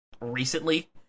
recently